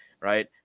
Right